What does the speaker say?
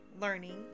learning